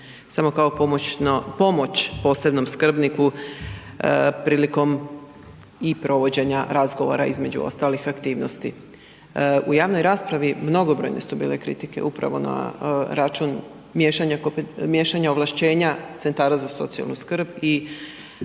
pomoćno, pomoć posebnom skrbniku prilikom i provođenja razgovora, između ostalih aktivnosti. U javnoj raspravi mnogobrojne su bile kritike upravo na račun miješanja ovlaštenja centara za socijalnu skrb i